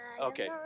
Okay